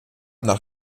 nach